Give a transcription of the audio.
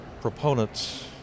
proponents